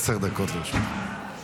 עשר דקות לרשותך.